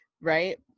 right